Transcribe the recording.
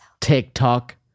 TikTok